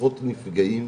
עשרות נפגעים,